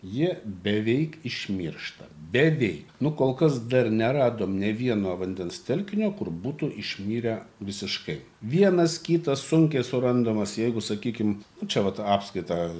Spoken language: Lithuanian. jie beveik išmiršta beveik nu kol kas dar neradom nei vieno vandens telkinio kur būtų išmirę visiškai vienas kitas sunkiai surandamas jeigu sakykim nu čia vat apskaitą